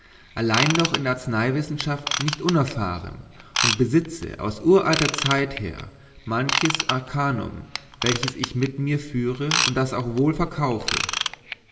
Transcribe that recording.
allein doch in der arzneiwissenschaft nicht unerfahren und besitze aus uralter zeit her manches arcanum welches ich mit mir führe und auch wohl verkaufe